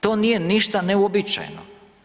To nije ništa neuobičajeno.